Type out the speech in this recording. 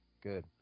Good